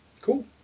cool